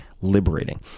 liberating